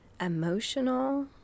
emotional